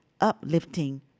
uplifting